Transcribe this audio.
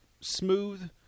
smooth